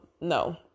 no